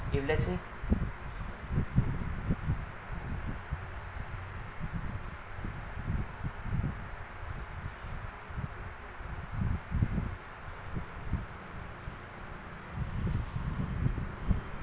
if let's say